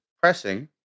pressing